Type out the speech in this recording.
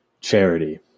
charity